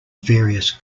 various